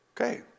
Okay